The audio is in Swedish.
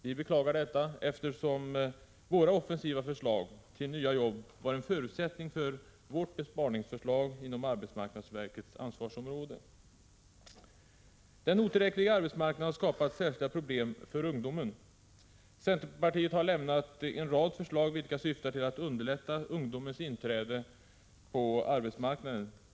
Vi beklagar det, eftersom våra offensiva förslag till nya jobb var en förutsättning för vårt besparingsförslag inom arbetsmarknadsverkets ansvarsområde. Den otillräckliga arbetsmarknaden har skapat särskilda problem för ungdomen. Centerpartiet har lämnat en rad förslag, vilka syftar till att underlätta ungdomens inträde på arbetsmarknaden.